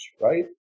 right